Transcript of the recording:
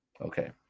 Okay